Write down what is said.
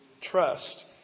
trust